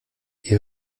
ihr